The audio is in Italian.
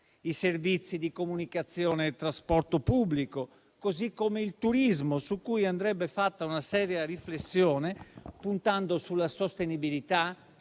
i servizi di comunicazione e trasporto pubblico, così come il turismo, su cui andrebbe fatta una seria riflessione, puntando sulla sostenibilità